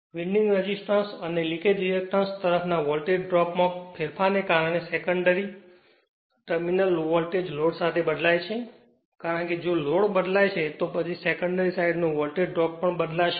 winding resistance અને leakage reactance તરફના voltage ડ્રોપમાં ફેરફારને કારણે સેકન્ડરી ટર્મિનલ વોલ્ટેજ લોડ સાથે બદલાય છે કારણ કે જો લોડ બદલાય છે તો પછી સેકન્ડરી સાઈડનો વોલ્ટેજ ડ્રોપ તેથી બદલાશે